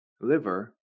liver